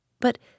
But